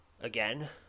Again